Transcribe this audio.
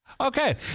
Okay